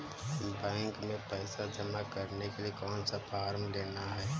Bank में पैसा जमा करने के लिए कौन सा फॉर्म लेना है?